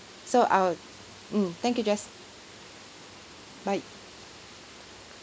so I will mm thank you jess bye